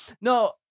no